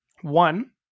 One